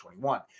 2021